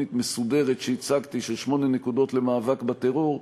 בתוכנית מסודרת שהצגתי של שמונה נקודות למאבק בטרור,